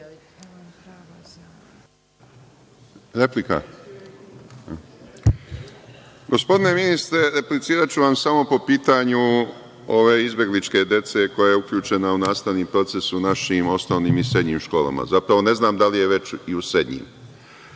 Replika. Gospodine ministre, repliciraću vam samo po pitanju ove izbelgičke dece koja je uključena u nastavni proces u našim osnovnim i srednjim školama. Zapravo, ne znam da li je već i u srednjim. Mi